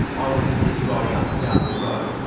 i would continue riding up and down the road,